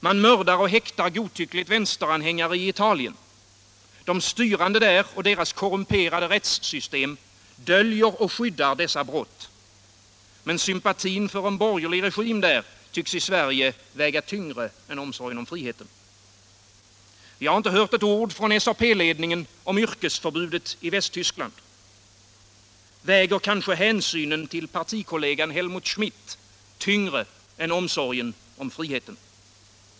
Man misshandlar och häktar godtyckligt vänsteranhängare i Italien. De styrande och deras korrumperade rättssystem döljer och skyddar dessa brott. Sympatin för en borgerlig regim där tycks i Sverige väga tyngre än omsorgen om friheten. Vi har inte hört ett ord från SAP-ledningen om yrkesförbudet i Västtyskland. Väger kanske hänsynen till partikollegan Helmut Schmidt tyngre än omsorgen om friheten?